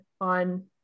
on